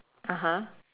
(uh huh)